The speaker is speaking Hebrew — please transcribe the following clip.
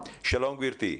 גברתי.